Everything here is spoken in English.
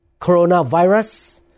coronavirus